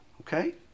Okay